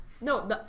No